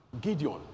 Gideon